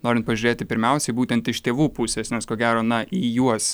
norint pažiūrėti pirmiausiai būtent iš tėvų pusės nes ko gero na į juos